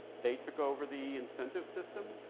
they took over the incentive system.